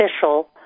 official